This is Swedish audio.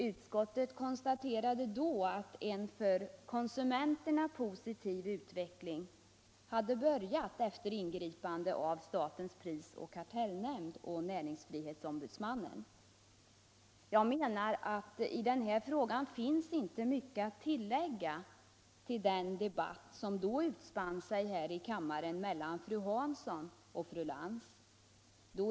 Utskottet konstaterade då att en för konsumenterna positiv utveckling hade börjat efter ingripanden av statens prisoch kartellnämnd och näringsfrihetsombudsmannen. Jag menar att det inte finns så mycket att tillägga till den debatt som då utspann sig här i kammaren mellan fru Hansson och fru Lantz.